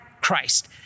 Christ